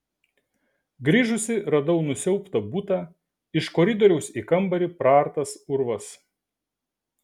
grįžusi radau nusiaubtą butą iš koridoriaus į kambarį praartas urvas